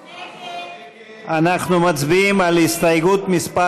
אנחנו מצביעים על הסתייגות מס'